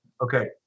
okay